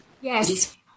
Yes